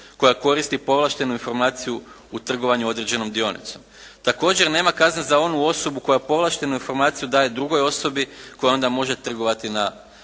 koja koristi povlaštenu informaciju u trgovanju određenom dionicom. Također nema kazna za onu osobu koja povlaštenu informaciju daje drugoj osobi koja onda može trgovati na tržištu